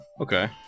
Okay